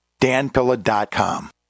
danpilla.com